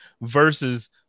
Versus